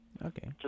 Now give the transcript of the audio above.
Okay